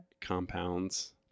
compounds